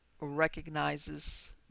recognizes